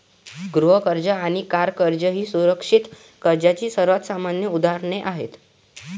गृह कर्ज आणि कार कर्ज ही सुरक्षित कर्जाची सर्वात सामान्य उदाहरणे आहेत